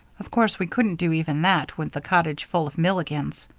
of course we couldn't do even that with the cottage full of milligans.